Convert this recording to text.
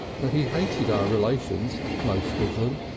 but he hated our relations most of them.